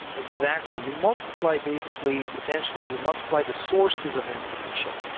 exactly. you multiply basically potentially, you multiply the sources of information.